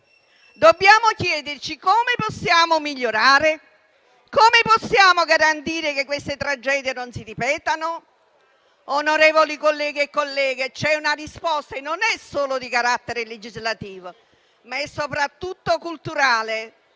Dobbiamo chiederci come possiamo migliorare e garantire che queste tragedie non si ripetano. Onorevoli colleghi e colleghe, c'è una risposta e non è solo di carattere legislativo, ma soprattutto culturale.